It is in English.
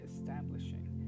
establishing